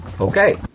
okay